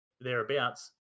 thereabouts